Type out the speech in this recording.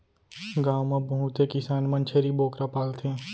गॉव म बहुते किसान मन छेरी बोकरा पालथें